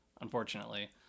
unfortunately